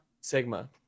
Sigma